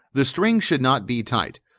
the string should not be tight,